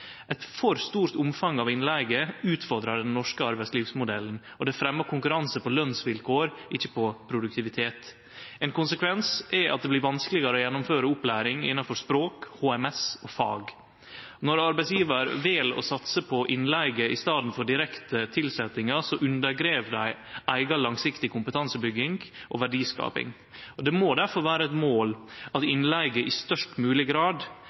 Eit for stort omfang av innleige utfordrar den norske arbeidslivsmodellen, og det fremjar konkurranse på lønsvilkår, ikkje på produktivitet. Ein konsekvens er at det blir vanskelegare å gjennomføre opplæring innanfor språk, HMS og fag. Når arbeidsgjevar vel å satse på innleige i staden for direkte tilsetjingar, undergrev dei eiga langsiktig kompetansebygging og verdiskaping. Det må difor vere eit mål at innleige i størst mogleg grad